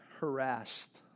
harassed